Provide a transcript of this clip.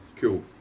Cool